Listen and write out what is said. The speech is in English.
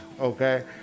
Okay